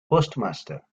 postmaster